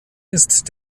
ist